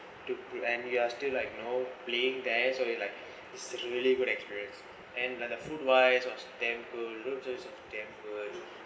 to prevent you are still like you know playing there so you like it's a really good experience and like the food wise was damn good look was damn good